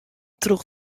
troch